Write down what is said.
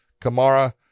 Kamara